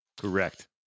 Correct